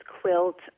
quilt